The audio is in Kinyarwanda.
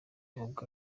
ahubwo